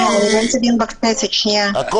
כמו שנציגת משרד המשפטים ציינה,